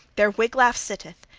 there wiglaf sitteth,